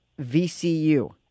VCU